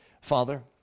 Father